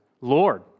Lord